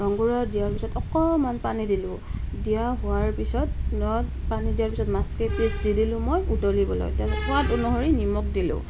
ৰং গুড়া দিয়াৰ পাছত অকণমান পানী দিলোঁ দিয়া হোৱাৰ পিছত পানী দিয়াৰ পিছত মাছ কেইপিচ দি দিলোঁ মই উতলিবলৈ সোৱাদ অনুসৰি নিমখ দিলোঁ